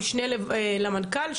המשנה למנכ"ל,